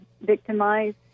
victimized